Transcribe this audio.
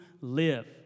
live